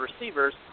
receivers